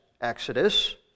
Exodus